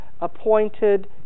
appointed